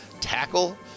tackle